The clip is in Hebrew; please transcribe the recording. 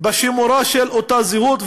בשימורה של אותה זהות,